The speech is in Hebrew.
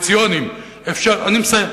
קואליציוניים, אני מסיים.